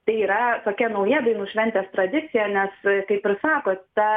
tai yra tokia nauja dainų šventės tradicija nes kaip ir sakote